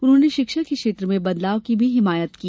उन्होंने शिक्षा के क्षेत्र में बदलाव की भी हिमायत की